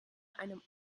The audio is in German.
einem